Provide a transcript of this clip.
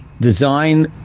design